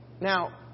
Now